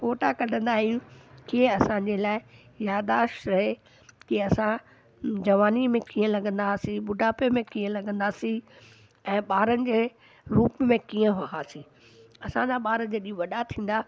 फोटा कढंदा आहियूं जीअं असांजे लाइ यादाश रहे की असां जवानी में कीअं लॻंदासीं ॿुढापे में कीअं लॻंदासी ऐं ॿारनि जे रूप में कीअं हा सी असांजा ॿार जॾहिं वॾा थींदा